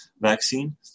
vaccine